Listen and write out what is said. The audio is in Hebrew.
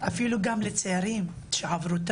אפילו כשאיימו על חיי דיברתי עם המשפחה,